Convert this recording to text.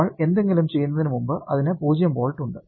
നമ്മൾ എന്തെങ്കിലും ചെയ്യുന്നതിന് മുമ്പ് അതിന് 0 വോൾട്ട് ഉണ്ട്